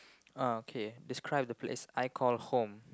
oh okay describe the place I call home